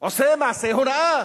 עושה מעשה הונאה,